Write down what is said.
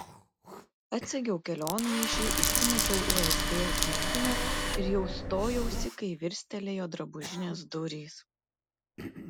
atsegiau kelionmaišį įsimečiau usb atmintinę ir jau stojausi kai virstelėjo drabužinės durys